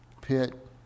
pit